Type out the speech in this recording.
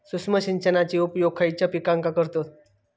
सूक्ष्म सिंचनाचो उपयोग खयच्या पिकांका करतत?